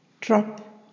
Drop